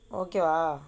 okay வா:vaa